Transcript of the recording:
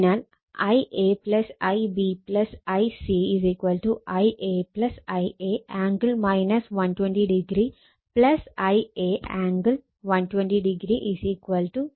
അതിനാൽ Ia Ib Ic Ia Ia angle 120o Ia angle 120o 0